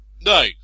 No